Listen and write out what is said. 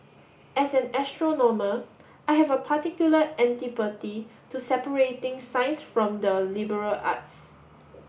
as an astronomer I have a particular antipathy to separating science from the liberal arts